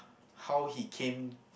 how he came